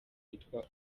yitwa